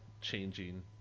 changing